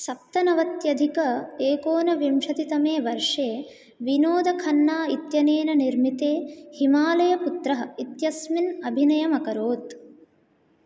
सप्तनवत्यधिक एकोनविंशतितमे वर्षे विनोदखन्ना इत्यनेन निर्मिते हिमालयपुत्रः इत्यस्मिन् अभिनयमकरोत्